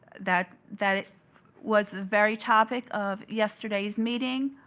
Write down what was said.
that that was the very topic of yesterday's meeting,